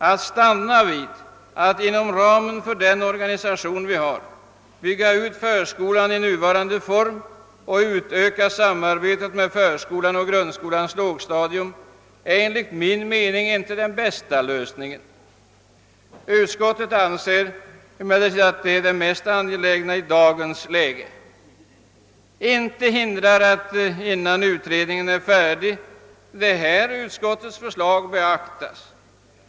Att stanna vid att inom ramen för den organisation vi nu har bygga ut förskolan i nuvarande form och utöka samarbetet mellan förskolan och grundskolans lågstadium är enligt min mening inte den bästa lösningen. Utskottet anser emellertid att detta är det mest angelägna i dagens läge. Ingenting hindrar att detta beaktas innan en ny utredning är färdig.